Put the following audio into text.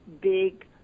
big